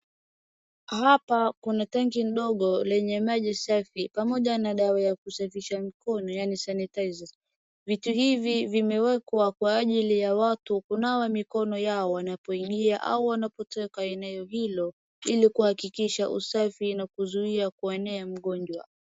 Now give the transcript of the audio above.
Hapa kuna tenki ndogo lenye maji safi pamoja na dawa ya kusafisha mikono yaani sanitizer . Vitu hivi vimewekwa kwa ajili ya watu kunawa mikono yao wanapoingia au wanapotoka eneo hilo ili kuhakikisha usafi na kuzuia kuenea magonjwa.